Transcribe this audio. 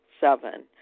Seven